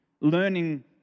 learning